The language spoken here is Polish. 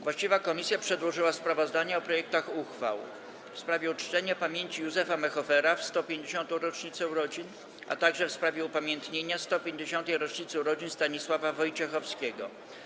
Właściwa komisja przedłożyła sprawozdania o projektach uchwał: - w sprawie uczczenia pamięci Józefa Mehoffera w 150. rocznicę urodzin, - w sprawie upamiętnienia 150. rocznicy urodzin Stanisława Wojciechowskiego.